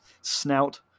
snout